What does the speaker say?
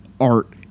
art